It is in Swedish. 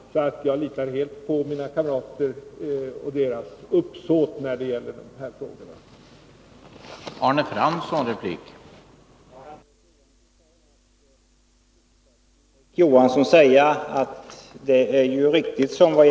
Jag litar därför helt på mina kamraters uppsåt när det gäller hur dessa problem skall angripas.